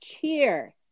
cheer